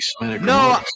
no